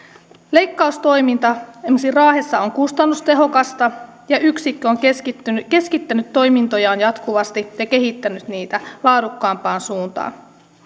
leikkaustoiminta esimerkiksi raahessa on kustannustehokasta ja yksikkö on keskittänyt keskittänyt toimintojaan jatkuvasti ja kehittänyt niitä laadukkaampaan suuntaan